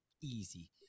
easy